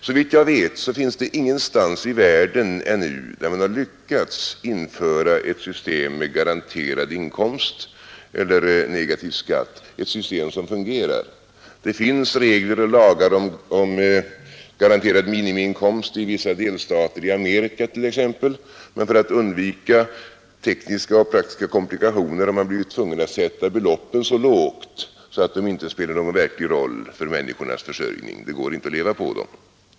Såvitt jag vet, har man ingenstans i världen ännu lyckats införa ett system med garanterad inkomst eller negativ skatt, ett system som fungerar. Det finns regler och lagar om garanterad minimiinkomst i vissa delstater i Amerika t.ex., men för att undvika tekniska och praktiska komplikationer har man blivit tvungen att sätta beloppen så lågt att de inte spelar någon verklig roll för människornas försörjning. Det går inte att leva på dem.